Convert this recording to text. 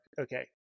Okay